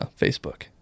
Facebook